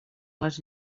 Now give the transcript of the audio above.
les